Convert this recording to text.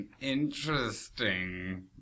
Interesting